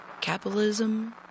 Capitalism